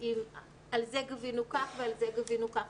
עם על זה גבינו כך ועל זה גבינו כך.